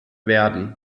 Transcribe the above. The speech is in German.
werden